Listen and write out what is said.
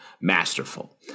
masterful